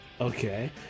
Okay